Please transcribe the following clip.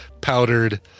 powdered